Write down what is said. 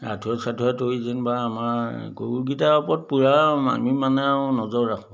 আঁঠুৱা চাঠুৱা তৰি যেনিবা আমাৰ গৰুকেইটাৰ ওপৰত পূৰা আমি মানে আৰু নজৰ ৰাখোঁ